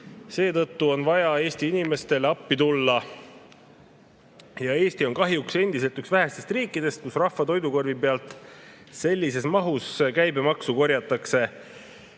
on vaja Eesti inimestele appi tulla. Eesti on kahjuks endiselt üks vähestest riikidest, kus rahva toidukorvi pealt sellises mahus käibemaksu korjatakse.